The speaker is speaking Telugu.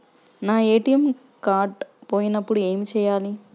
నా ఏ.టీ.ఎం కార్డ్ పోయినప్పుడు ఏమి చేయాలి?